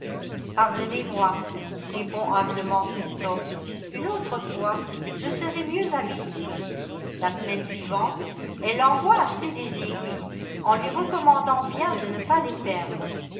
pardonnez-moi répond humblement christophe une autre fois je serai mieux avisé la semaine suivante elle l'envoie acheter des aiguilles en lui recommandant bien de ne pas les perdre